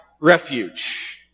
refuge